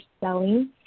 selling